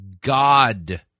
God